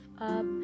up